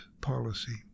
policy